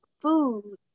food